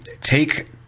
take